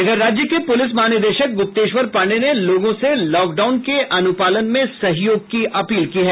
इधर राज्य के पुलिस महानिदेशक गुप्तेश्वर पांडेय ने लोगों से लॉक डाउन के अनुपालन में सहयोग की अपील की है